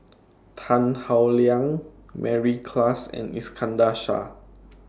Tan Howe Liang Mary Klass and Iskandar Shah